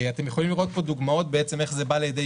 אתם יכולים לראות פה דוגמאות איך זה בא לידי